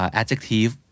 adjective